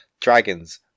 Dragons